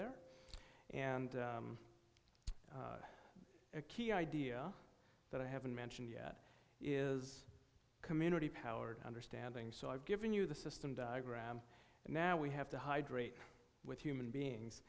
there and a key idea that i haven't mentioned yet is community powered understanding so i've given you the system diagram and now we have to hydrate with human beings